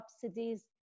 subsidies